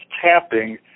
tapping